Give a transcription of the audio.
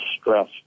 stress